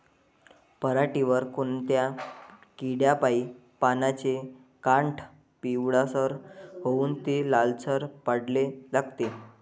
पऱ्हाटीवर कोनत्या किड्यापाई पानाचे काठं पिवळसर होऊन ते लालसर पडाले लागते?